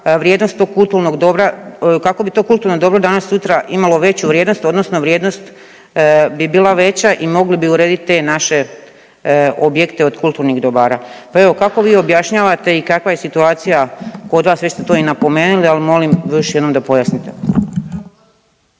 kako bi to kulturno dobro danas sutra imalo veću vrijednost odnosno vrijednost bi bila veća i mogli bi urediti te naše objekte od kulturnih dobara. Pa evo kako vi objašnjavate i kakva je situacija kod vas, vi ste to i napomenuli, ali molim još jednom da pojasnite.